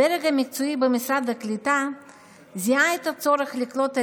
הדרג המקצועי במשרד הקליטה זיהה את הצורך לקלוט את